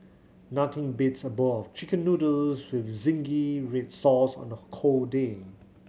nothing beats a bowl of Chicken Noodles with zingy red sauce on a cold day